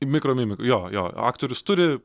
mikromimi jo jo aktrius turi